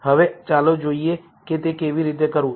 હવે ચાલો જોઈએ કે તે કેવી રીતે કરવું